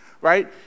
Right